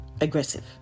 aggressive